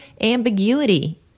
ambiguity